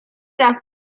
raz